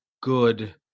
good